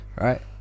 Right